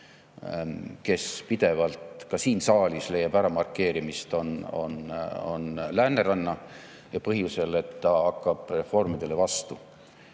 aga pidevalt ka siin saalis leiab markeerimist, on Lääneranna, ja põhjusel, et ta hakkab reformidele vastu.